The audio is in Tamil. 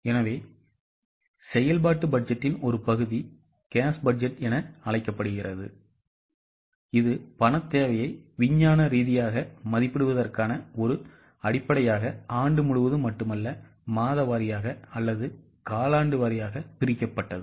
எனவே செயல்பாட்டு பட்ஜெட்டின் ஒரு பகுதி cash பட்ஜெட் என அழைக்கப்படுகிறது இது பணத் தேவையை விஞ்ஞான ரீதியாக மதிப்பிடுவதற்கான ஒரு அடிப்படையாக ஆண்டு முழுவதும் மட்டுமல்ல மாத வாரியாக அல்லது காலாண்டு வாரியாக பிரிக்கப்பட்டது